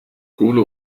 kohle